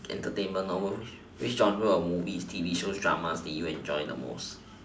entertainment which genre or movies T_V shows dramas did you enjoy the most